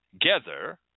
together